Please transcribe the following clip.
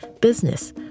business